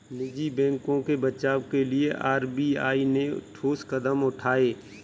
निजी बैंकों के बचाव के लिए आर.बी.आई ने ठोस कदम उठाए